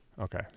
Okay